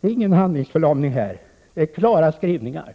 Det är ingen handlingsförlamning — det är klara skrivningar.